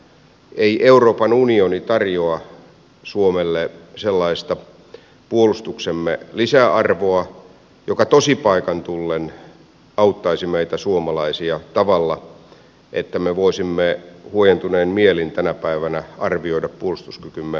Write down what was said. ei euroopan unioni tarjoa suomelle sellaista puolustuksemme lisäarvoa joka tosipaikan tullen auttaisi meitä suomalaisia tavalla että me voisimme huojentunein mielin tänä päivänä arvioida puolustuskykymme tulevaisuutta